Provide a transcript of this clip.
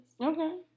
Okay